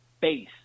base